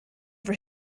for